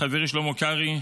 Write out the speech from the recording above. חברי שלמה קרעי,